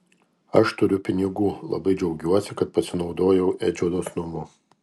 aš turiu pinigų labai džiaugiuosi kad pasinaudojau edžio dosnumu